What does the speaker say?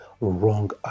wrong